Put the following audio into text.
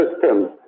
system